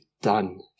done